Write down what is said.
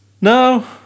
No